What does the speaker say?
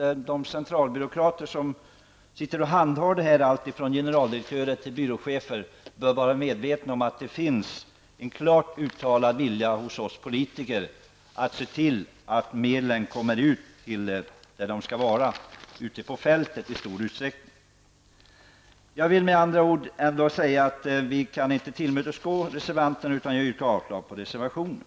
De centralbyråkrater som handlägger dessa frågor, allt från generaldirektörer till byråchefer, bör vara medvetna om att det finns en klart uttalad vilja hos oss politiker att se till att medlen kommer ut på fältet. Vi kan inte tillmötesgå reservanterna, utan jag yrkar avslag på reservationen.